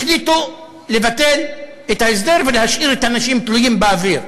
החליטו לבטל את ההסדר ולהשאיר את האנשים תלויים באוויר.